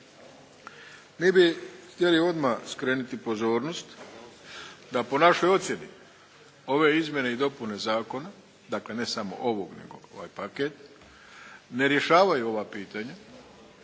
Mi bi htjeli odmah skrenuti pozornost da po našoj ocjeni ove izmjene i dopune zakona, dakle ne samo ovog nego ovaj paket ne rješavaju ova pitanja.